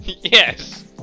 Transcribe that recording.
Yes